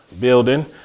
Building